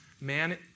Man